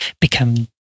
become